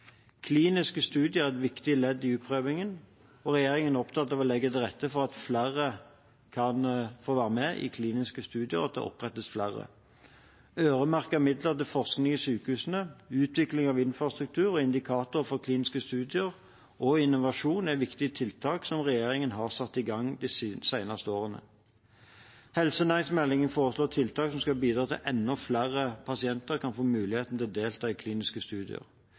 Kliniske studier er et viktig ledd i utprøvingen, og regjeringen er opptatt av å legge til rette for at flere kan være med, og at det opprettes flere. Øremerkede midler til forskning i sykehusene, utvikling av infrastruktur og indikatorer for kliniske studier og innovasjon er viktige tiltak som regjeringen har satt i gang de senere årene. Helsenæringsmeldingen foreslår tiltak som skal bidra til at enda flere pasienter kan få muligheten til å delta i kliniske studier.